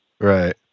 right